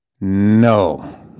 No